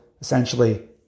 essentially